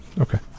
okay